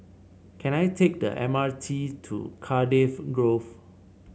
can I take the M R T to Cardiff Grove